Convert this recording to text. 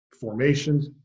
formations